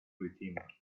fatima